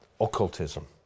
occultism